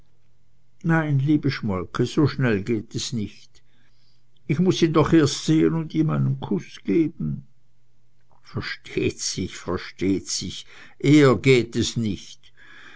nein liebe schmolke so schnell geht es nicht ich muß ihn doch erst sehn und ihm einen kuß geben versteht sich versteht sich eher geht es nich